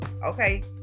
okay